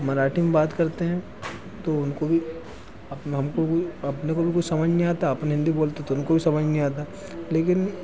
मराठी में बात करते हैं तो उनको भी अपना अपने को भी कुछ समझ नहीं आता अपन हिन्दी बोलते तो उनको भी समझ नईहीं आता लेकिन